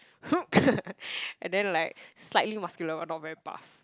and then like slightly muscular [one] not very buff